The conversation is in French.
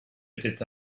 était